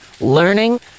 learning